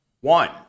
one